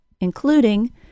including